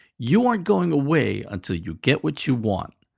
you aren't going away until you get what you want.